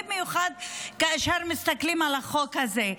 במיוחד כאשר מסתכלים על החוק הזה.